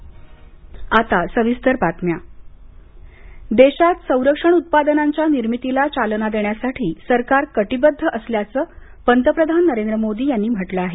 पंतप्रधान देशात संरक्षण उत्पादनांच्या निर्मितीला चालना देण्यासाठी सरकार कटीबद्ध असल्याचं पंतप्रधान नरेंद्र मोदी यांनी म्हटलं आहे